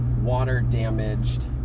water-damaged